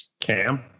Cam